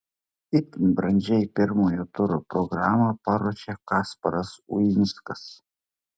itin brandžiai pirmojo turo programą paruošė kasparas uinskas